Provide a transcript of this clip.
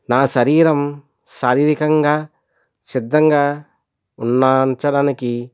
నా శరీరం శారీరకంగా సిద్ధంగా ఉన్నాను నా అనడానికి